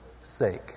sake